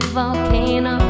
volcano